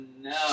no